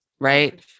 right